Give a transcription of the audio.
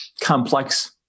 complex